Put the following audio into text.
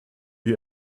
you